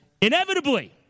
Inevitably